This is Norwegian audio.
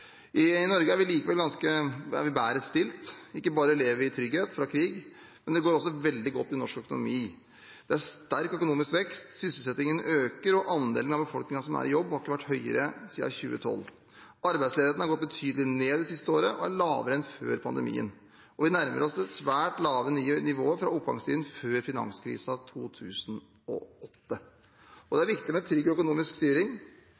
I Norge er vi likevel bedre stilt. Ikke bare lever vi i trygghet fra krig, men det går også veldig godt i norsk økonomi. Det er sterk økonomisk vekst. Sysselsettingen øker, og andelen av befolkningen som er i jobb, har ikke vært høyere siden 2012. Arbeidsledigheten har gått betydelig ned det siste året og er lavere enn før pandemien, og vi nærmer oss det svært lave nivået fra oppgangstiden før finanskrisen i 2008. Det er viktig med trygg økonomisk styring.